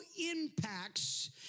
impacts